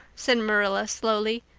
said marilla slowly,